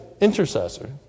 intercessor